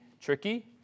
tricky